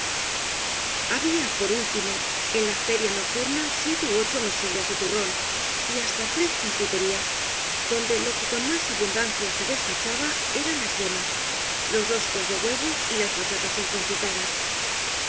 había por último en la feria nocturna siete ú ocho mesillas de turrón y hasta tres confiterías donde lo que con más abundancia se despachaba eran las yemas los roscos de huevo y las batatas enconfitadas